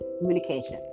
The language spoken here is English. communication